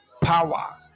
power